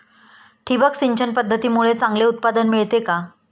ठिबक सिंचन पद्धतीमुळे चांगले उत्पादन मिळते का?